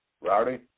Rowdy